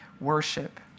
worship